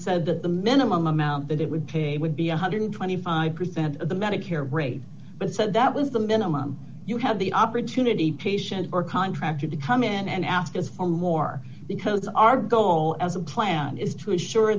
said that the minimum amount that it would it would be one hundred and twenty five percent of the medicare rate but said that was the minimum you had the opportunity patient or contractor to come in and ask us for more because our goal as a plan is to insure